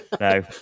No